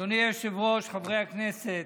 אדוני היושב-ראש, חברי הכנסת,